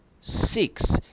Six